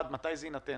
מתי זה יינתן?